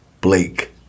Blake